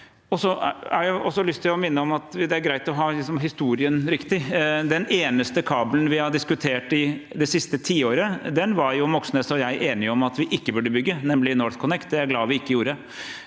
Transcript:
lyst til å minne om at det er greit å ha historien riktig. Den eneste kabelen vi har diskutert i det siste tiåret, var Moxnes og jeg enige om at vi ikke burde bygge, nemlig NorthConnect. Det er jeg glad for at vi ikke gjorde.